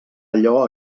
allò